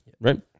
right